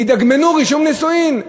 ידגמנו רישום נישואין,